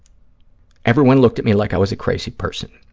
everyone looked at me like i was a crazy person.